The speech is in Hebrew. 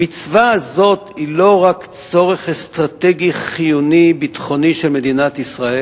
המצווה הזו היא לא רק צורך אסטרטגי חיוני ביטחוני של מדינת ישראל.